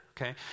okay